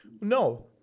no